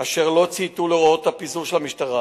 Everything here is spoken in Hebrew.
אשר לא צייתו להוראות הפיזור של המשטרה.